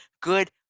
good